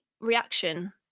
reaction